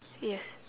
yes